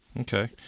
Okay